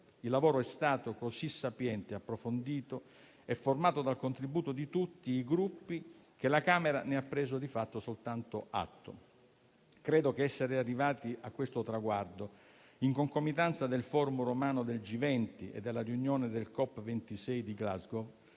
Il lavoro è stato così sapiente, approfondito e formato dal contributo di tutti i Gruppi che la Camera ne ha preso di fatto soltanto atto. Credo che essere arrivati a questo traguardo, in concomitanza con il *forum* romano del G20 e della riunione della Cop26 di Glasgow,